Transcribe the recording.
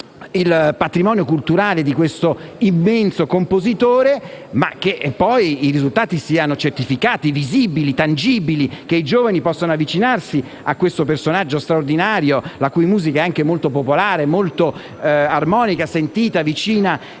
il patrimonio culturale di questo immenso compositore e che i risultati siano certificati, visibili, tangibili; che i giovani possano avvicinarsi a questo personaggio straordinario, la cui musica è molto popolare e armonica, sentita vicina